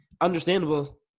understandable